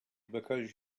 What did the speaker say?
because